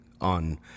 on